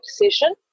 decision